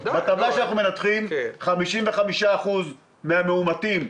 בטבלה שאנחנו מנתחים, 55% מהמאומתים,